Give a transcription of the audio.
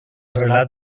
relat